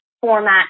format